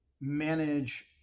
manage